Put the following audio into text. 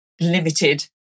limited